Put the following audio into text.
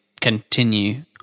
continue